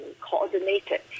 coordinated